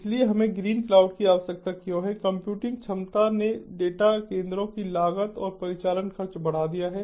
इसलिए हमें ग्रीनक्लाउड की आवश्यकता क्यों है कंप्यूटिंग क्षमता ने डेटा केंद्रों की लागत और परिचालन खर्च बढ़ा दिया है